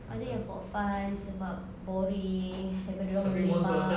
ada yang for fun sebab boring daripada dia orang berlepak